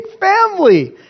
family